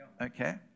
Okay